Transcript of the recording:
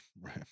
right